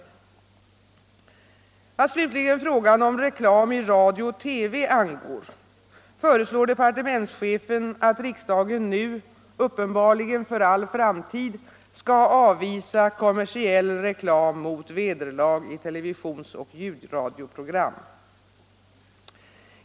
Vad slutligen frågan om reklam i radio och TV angår föreslår departementschefen att riksdagen nu — uppenbarligen för all framtid — skall avvisa kommersiell reklam mot vederlag i televisions och ljudradioprogram.